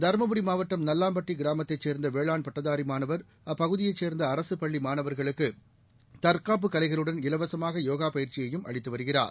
தருமபுரி மாவட்டம் நல்லாம்பட்டி கிராமத்தைச் சேர்ந்த வேளாண் பட்டதாரி மாணவர் அப்பகுதியைச் சேர்ந்த அரசு பள்ளி மாணவர்களுக்கு தற்காப்புக் கலைகளுடன் இலவசமாக யோகா பயிற்சியையும் அளித்து வருகிறார்